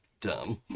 dumb